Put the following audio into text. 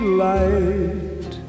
light